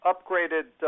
Upgraded